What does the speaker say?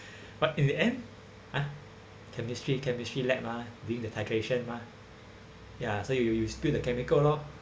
but in the end ah chemistry chemistry lab mah doing the titration mah ya so you you spilled the chemical loh